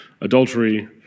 adultery